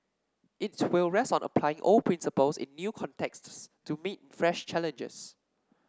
its will rest on applying old principles in new contexts to meet fresh challenges